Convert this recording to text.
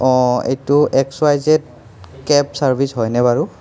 এইটো X Y Z cab service হয়নে বাৰু